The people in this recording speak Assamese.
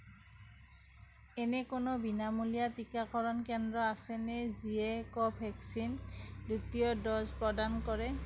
এনে কোনো বিনামূলীয়া টিকাকৰণ কেন্দ্ৰ আছেনে যিয়ে কোভিচিল্ডৰ দ্বিতীয় ড'জ প্ৰদান কৰে